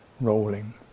rolling